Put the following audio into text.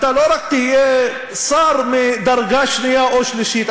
אתה לא רק תהיה שר מדרגה שנייה או שלישית,